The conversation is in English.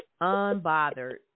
Unbothered